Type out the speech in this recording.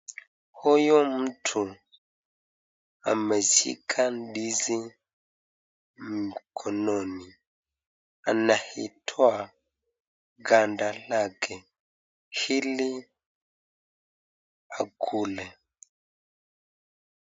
Huyu mtu ameshika ndizi mkononi. Anaitoa ganda lake ili akule.